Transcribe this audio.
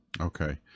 Okay